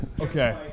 Okay